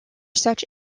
such